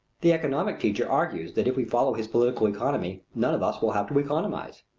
the economic teacher argues that if we follow his political economy, none of us will have to economize.